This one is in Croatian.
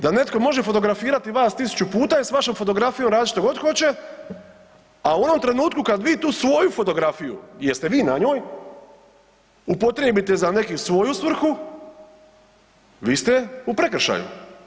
Da netko može fotografirati vas 1000 puta i s vašom fotografijom raditi što god hoće, a u onom trenutku kad vi tu svoju fotografiju, jer ste vi na njoj, upotrijebite za neki svoju svrhu, vi ste u prekršaju.